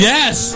Yes